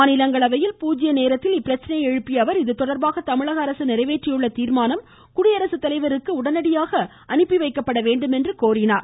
மாநிலங்களவையில் பூஜ்ய நேரத்தில் இப்பிரச்சனையை எழுப்பிய அவர் இதுதொடர்பாக தமிழக அரசு நிறைவேற்றியுள்ள தீர்மானம் குடியரசுத்தலைவருக்கு உடனடியாக அனுப்பிவைக்க வேண்டும் என்றும் கோரியுள்ளார்